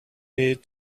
need